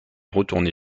retourné